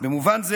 במובן זה,